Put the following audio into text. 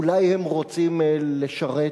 אולי הם רוצים לשרת,